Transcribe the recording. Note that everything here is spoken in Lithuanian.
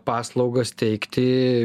paslaugas teikti